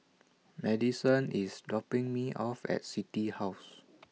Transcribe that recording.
Madyson IS dropping Me off At City House